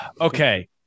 Okay